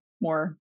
more